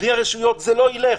בלי הרשויות זה לא ילך.